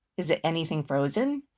is it anything frozen?